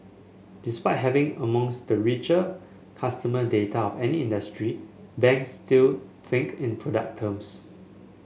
despite having amongst the richer customer data of any industry banks still think in product terms